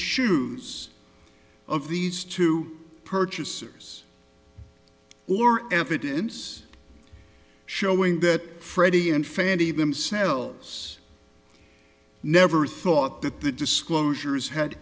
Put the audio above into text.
shoes of these two purchasers or evidence showing that freddie and fannie themselves never thought that the disclosures had